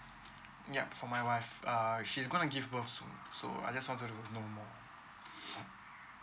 yup for my wife err she's going to give birth soon so I just want to know more